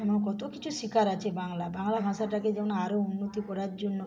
এমন কত কিছু শেখার আছে বাংলা বাংলা ভাষাটাকে যেমন আরও উন্নতি করার জন্য